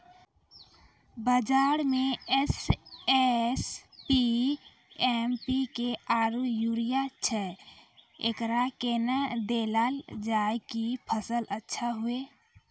बाजार मे SSP, MPK आरु यूरिया छैय, एकरा कैना देलल जाय कि फसल अच्छा हुये?